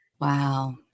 Wow